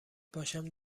باشم